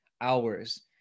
hours